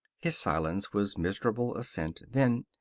his silence was miserable assent. then,